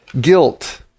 guilt